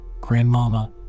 Grandmama